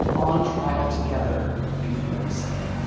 on trial together before the senate.